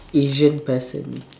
Asian person